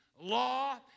law